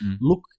look